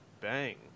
Bang